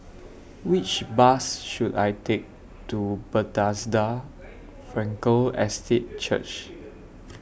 Which Bus should I Take to Bethesda Frankel Estate Church